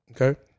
Okay